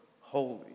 holy